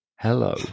Hello